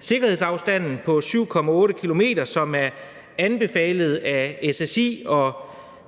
sikkerhedsafstanden på 7,8 km, som er anbefalet af SSI og